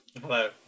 Hello